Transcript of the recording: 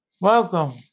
Welcome